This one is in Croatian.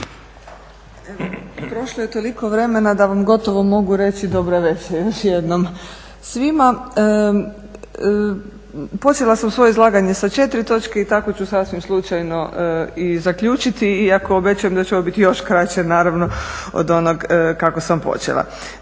Prošlo je toliko vremena da vam gotovo mogu reći dobra večer još jednom svima. Počela sam svoje izlaganje sa četiri točke i tako ću sasvim slučajno i zaključiti iako obećajem da će ovo biti još kraće naravno od onog kako sam počela.